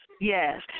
Yes